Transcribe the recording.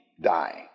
dying